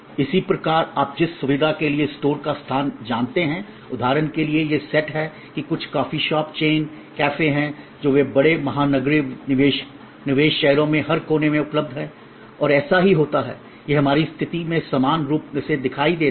इसी प्रकार आप जिस सुविधा के लिए स्टोर का स्थान जानते हैं उदाहरण के लिए यह सेट है कि कुछ कॉफी शॉप चेन कैफ़े हैं जो वे बड़े महानगरीय निवेश शहरों में हर कोने में उपलब्ध हैं और ऐसा ही होता है यह हमारी स्थिति में समान रूप से दिखाई देता है